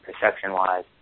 perception-wise